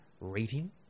rating